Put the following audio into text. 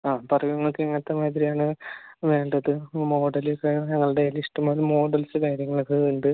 ആ പറയൂ നിങ്ങൾക്ക് എങ്ങനെത്തെ മാതിരി ആണ് വേണ്ടത് മോഡലൊക്കെ ഞങ്ങളുടെ കയ്യിൽ ഇഷ്ടംപോലെ മോഡൽസ് കാര്യങ്ങളൊക്കെ ഉണ്ട്